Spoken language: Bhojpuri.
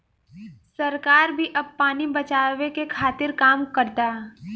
सरकार भी अब पानी बचावे के खातिर काम करता